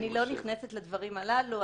אני לא נכנסת לדברים הללו.